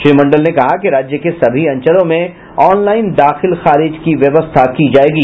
श्री मंडल ने कहा कि राज्य के सभी अंचलों में ऑनलाईन दाखिल खारिज की व्यवस्था की जायेगी